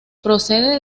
procede